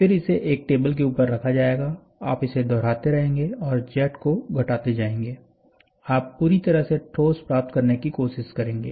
फिर इसे एक टेबल के ऊपर रखा जाएगा आप इसे दोहराते रहेंगे और जेड को घटाते जाएंगे आप पूरी तरह से ठोस प्राप्त करने की कोशिश करेंगे